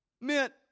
meant